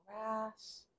grass